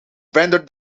rendered